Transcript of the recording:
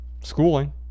schooling